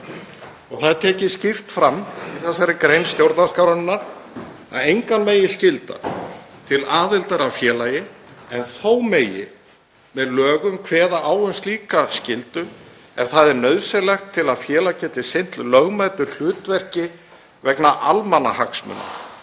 Það er tekið skýrt fram í þessari grein stjórnarskrárinnar að engan megi skylda til aðildar að félagi en þó megi með lögum kveða á um slíka skyldu ef það er nauðsynlegt til að félag geti sinnt lögmætu hlutverki vegna almannahagsmuna